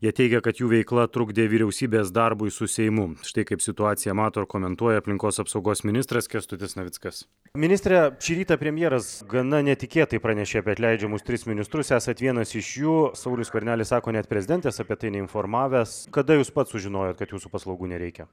jie teigia kad jų veikla trukdė vyriausybės darbui su seimu štai kaip situaciją mato ir komentuoja aplinkos apsaugos ministras kęstutis navickas ministre šį rytą premjeras gana netikėtai pranešė apie atleidžiamus tris ministrus esat vienas iš jų saulius skvernelis sako net prezidentės apie tai neinformavęs kada jūs pats sužinojot kad jūsų paslaugų nereikia